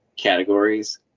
categories